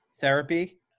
therapy